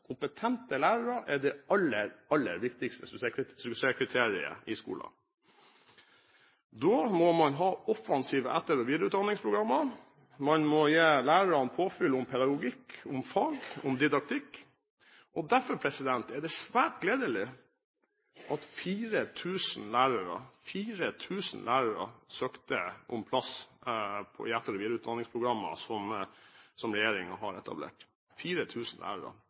kompetente lærere. Kompetente lærere er det aller, aller viktigste kriteriet i skolen. Da må man ha offensive etter- og videreutdanningsprogrammer. Man må gi lærerne påfyll i pedagogikk, i fag, i didaktikk. Derfor er det svært gledelig at 4 000 lærere – 4 000 lærere – søkte om plass i etter- og videreutdanningsprogrammer som regjeringen har etablert.